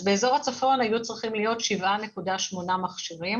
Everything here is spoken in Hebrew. באזור הצפון היו צריכים להיות 7.8 מכשירים,